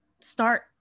start